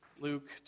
Luke